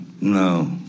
No